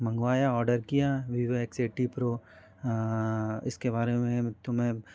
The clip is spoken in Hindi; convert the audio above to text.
मंगवाया ऑर्डर किया विवो एक्स एटी प्रो इसके बारे में तो मैं